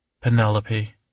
Penelope